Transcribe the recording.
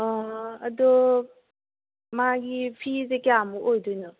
ꯑꯗꯣ ꯃꯥꯒꯤ ꯐꯤꯁꯦ ꯀꯌꯥꯃꯨꯛ ꯑꯣꯏꯗꯣꯏꯅꯣ